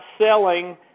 selling